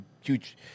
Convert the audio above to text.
huge